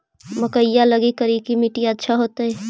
मकईया लगी करिकी मिट्टियां अच्छा होतई